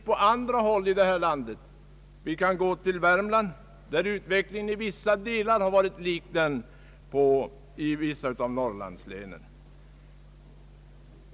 På andra håll i landet, t.ex. i Värmland, har utvecklingen varit lik utvecklingen i Norrlandslänen.